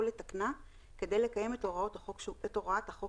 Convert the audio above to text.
או לתקנה כדי לקיים את הוראת החוק